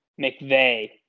McVeigh